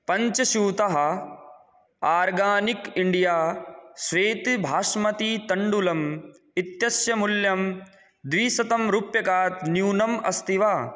पञ्चस्यूतः organic India श्वेत भास्मतितण्डुलम् इतस्य मूल्यं द्विशतं रुप्यकात् न्यूनम् अस्ति वा